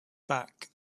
back